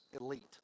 elite